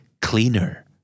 cleaner